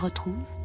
ah to